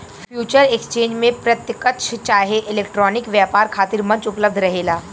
future exchange में प्रत्यकछ चाहे इलेक्ट्रॉनिक व्यापार खातिर मंच उपलब्ध रहेला